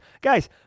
Guys